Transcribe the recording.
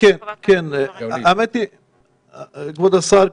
הבנתי שהם אתמול הפגינו מול משרדך ומול משרדי הממשלה,